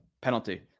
penalty